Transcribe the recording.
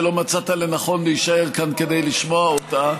שלא מצאת לנכון להישאר כאן כדי לשמוע אותה.